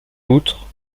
outre